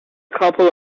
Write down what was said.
couple